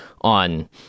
on